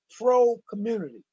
pro-community